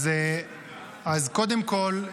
אז קודם כול,